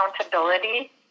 accountability